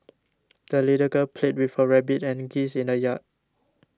the little girl played with her rabbit and geese in the yard